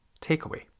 takeaway